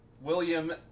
William